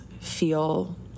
feel